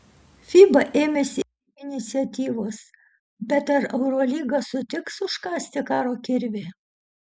fiba ėmėsi iniciatyvos bet ar eurolyga sutiks užkasti karo kirvį